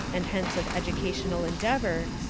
and hence of educational endeavor,